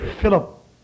Philip